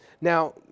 Now